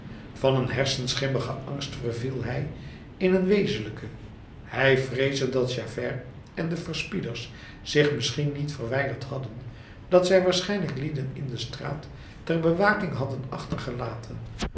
van een hersenschimmigen angst verviel hij in een wezenlijken hij vreesde dat javert en de verspieders zich misschien niet verwijderd hadden dat zij waarschijnlijk lieden in de straat ter bewaking hadden achtergelaten